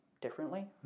differently